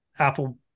Apple